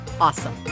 awesome